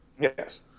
Yes